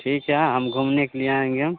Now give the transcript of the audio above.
ठीक है हम घुमने के लिए आएँगे हम